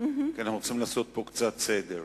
כי אנחנו צריכים לעשות פה קצת סדר.